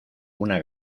una